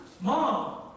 Mom